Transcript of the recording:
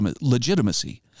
legitimacy